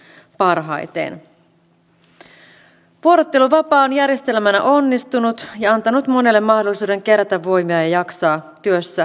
vuorotteluvapaa on järjestelmänä onnistunut ja antanut monelle mahdollisuuden kerätä voimia ja jaksaa työssä pidempään